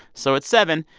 so at seven,